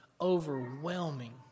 Overwhelming